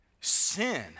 sin